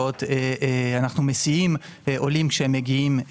אנו מסיעים עולים שמגיעים לנתב"ג.